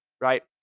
right